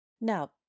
Now